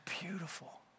beautiful